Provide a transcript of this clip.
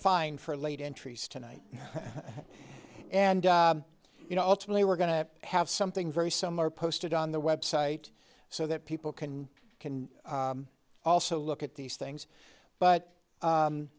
fine for late entries tonight and you know ultimately we're going to have something very similar posted on the web site so that people can can also look at these things but